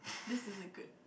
this is a good